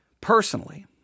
personally